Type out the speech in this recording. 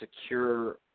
secure